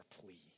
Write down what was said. plea